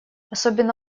особенно